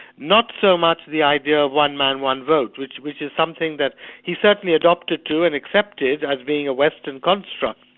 not so much the idea of one man, one vote, which which is something that he certainly adopted to and accepted as being a western construct.